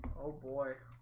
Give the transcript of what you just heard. oh boy,